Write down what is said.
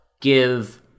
give